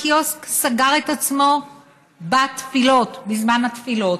הקיוסק סגר את עצמו בזמן התפילות.